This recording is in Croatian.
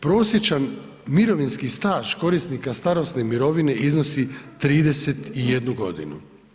Prosječan mirovinski staž korisnika starosne mirovine iznosi 31 godinu.